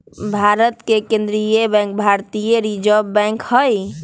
भारत के केंद्रीय बैंक भारतीय रिजर्व बैंक हइ